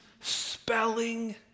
spelling